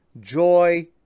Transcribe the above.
joy